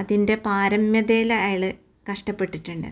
അതിന്റെ പാരമ്യതയ്ല് അയാൾ കഷ്ടപ്പെട്ടിട്ടുണ്ട്